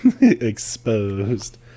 exposed